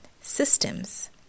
systems